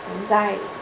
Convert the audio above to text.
anxiety